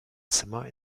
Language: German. zimmer